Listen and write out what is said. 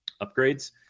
upgrades